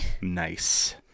Nice